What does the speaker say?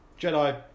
Jedi